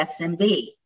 SMB